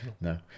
No